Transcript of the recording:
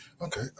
okay